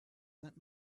sent